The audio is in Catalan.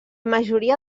majoria